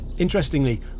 Interestingly